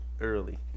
early